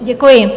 Děkuji.